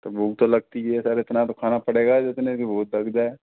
तो भूख तो लगती है सर इतना तो खाना पड़ेगा जीतने की भूख लगती हैं